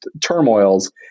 turmoils